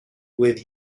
with